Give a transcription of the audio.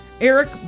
Eric